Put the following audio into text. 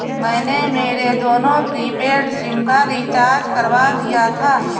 मैंने मेरे दोनों प्रीपेड सिम का रिचार्ज करवा दिया था